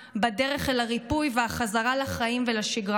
בדרך אל הריפוי והחזרה לחיים ולשגרה.